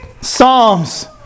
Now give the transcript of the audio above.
Psalms